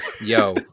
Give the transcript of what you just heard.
Yo